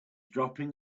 dropping